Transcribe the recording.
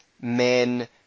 men